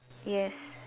yes